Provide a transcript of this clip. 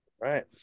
Right